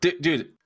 Dude